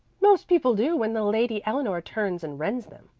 most people do when the lady eleanor turns and rends them,